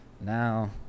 Now